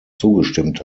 zugestimmt